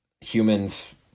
humans